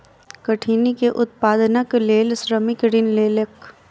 कठिनी के उत्पादनक लेल श्रमिक ऋण लेलक